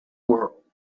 world